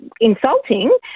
insulting